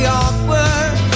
awkward